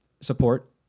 support